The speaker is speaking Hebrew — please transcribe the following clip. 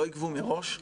לא יגבו מראש?